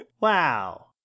Wow